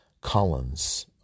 Collins